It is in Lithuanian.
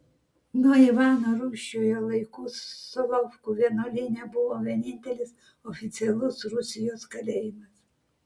nuo ivano rūsčiojo laikų solovkų vienuolyne buvo vienintelis oficialus rusijos kalėjimas